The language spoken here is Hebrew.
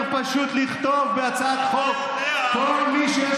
יותר פשוט לכתוב בהצעת חוק: כל מי שיש